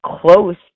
close